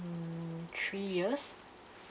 mm three years